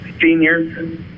seniors